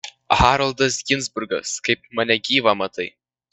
haroldas ginzburgas kaip mane gyvą matai